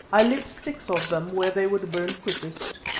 i lit six of them where they would burn quickest.